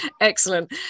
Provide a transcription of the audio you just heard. Excellent